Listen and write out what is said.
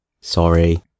Sorry